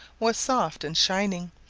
was soft and shining,